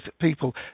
people